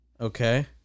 Okay